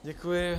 Děkuji.